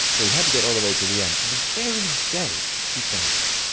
so he had to get all the way to the end. and the very day he finished,